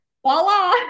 Voila